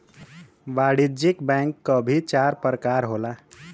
वाणिज्यिक बैंक क भी चार परकार होला